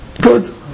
Good